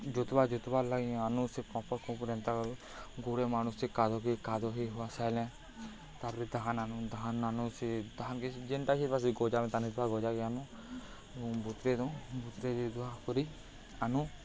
ଜୋତ୍ବା ଜୋତବାର୍ ଲାଗି ଆନୁ ସେ କମ୍ପ କମ୍ପ ଏନ୍ତା ଗୋଡ଼େ ମାଡୁ ସେ କାଦକେ କାଦ ହେଇ ହୁଆସାଇଲେ ତାପରେ ସେ ଧାନ୍ ଆନୁ ଧାନ୍ ଆନୁ ସେ ଧାନ୍କେ ଯେନ୍ତା ହେଥିଥିବା ସେ ଗଜାେ ଧାନ ହେଥିଥିବା ଗଜାକେ ଆନୁ ଏବଂ ବୁତରେଇ ଦଉ ବୁତରେଇ ଦେଇଦୁଆ କରି ଆନୁ